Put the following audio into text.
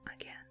again